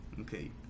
Okay